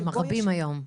שהם רבים היום.